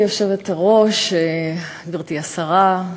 גברתי היושבת-ראש, גברתי השרה,